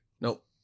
Nope